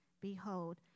Behold